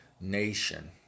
nation